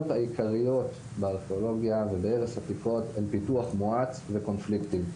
העיקריות בארכיאולוגיה ובהרס עתיקות הם פיתוח מואץ וקונפליקטים.